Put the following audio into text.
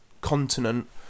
continent